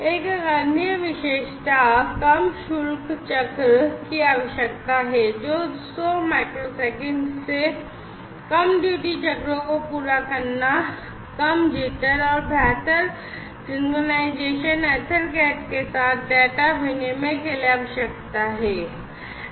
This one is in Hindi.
एक अन्य विशेषता कम शुल्क चक्र और बेहतर सिंक्रोनाइज़ेशन EtherCat के साथ डेटा विनिमय के लिए आवश्यकताएं हैं